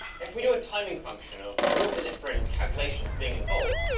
if we do a timing function of all the different calculations being involved,